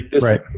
Right